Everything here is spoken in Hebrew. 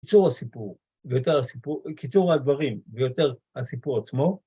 קיצור הדברים ויותר הסיפור עצמו,